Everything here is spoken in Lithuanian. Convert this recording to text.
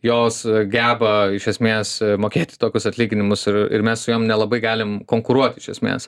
jos geba iš esmės mokėti tokius atlyginimus ir ir mes su jom nelabai galim konkuruot iš esmės